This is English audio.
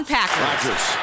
Packers